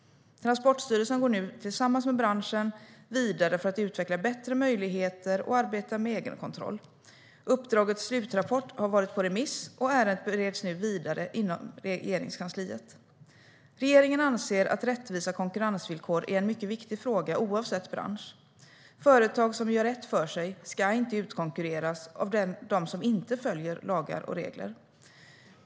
Transportstyrelsen går nu tillsammans med branschen vidare för att utveckla bättre möjligheter att arbeta med egenkontroll. Uppdragets slutrapport har varit på remiss, och ärendet bereds nu vidare inom Regeringskansliet. Regeringen anser att rättvisa konkurrensvillkor är en mycket viktig fråga oavsett bransch. Företag som gör rätt för sig ska inte utkonkurreras av dem som inte följer lagar och regler.